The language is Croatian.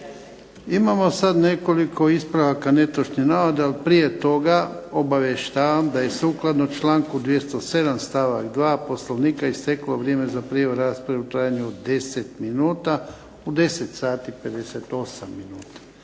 Imamo sad nekoliko ispravaka netočnih navoda. Ali prije toga obavještavam da je sukladno članku 207. stavak 2. Poslovnika isteklo vrijeme za prijavu rasprave u trajanju od 10 minuta u 10 sati 58 minuta.